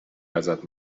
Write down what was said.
ازت